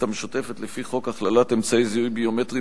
המשותפת לפי חוק הכללת אמצעי זיהוי ביומטריים